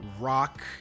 rock